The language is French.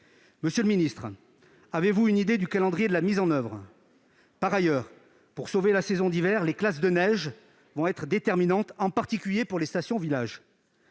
Monsieur le secrétaire d'État, avez-vous une idée du calendrier de sa mise en oeuvre ? Par ailleurs, pour sauver la saison d'hiver, les classes de neige vont être déterminantes, en particulier pour les stations-villages.